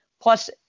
Plus